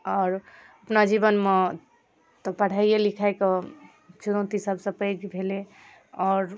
आओर अपना जीवनमे तऽ पढ़ाइए लिखाइ कऽ चुनौती सभसँ पैघ भेलै आओर